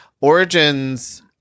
Origins